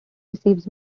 receives